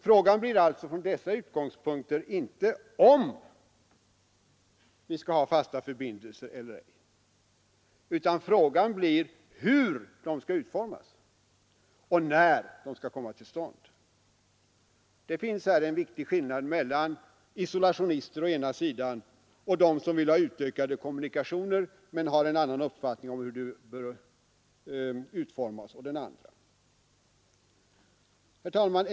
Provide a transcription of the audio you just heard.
Frågan blir alltså från dessa utgångspunkter inte om vi skall ha fasta förbindelser eller ej, utan frågan blir hur de skall utformas och när de skall komma till stånd. Det finns här en viktig skillnad mellan å ena sidan isolationister och å andra sidan sådana som vill ha ökade kommunikationer, men har olika uppfattning om hur de bör utformas. Herr talman!